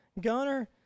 Gunner